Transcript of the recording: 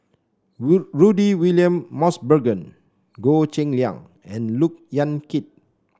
Rudy William Mosbergen Goh Cheng Liang and Look Yan Kit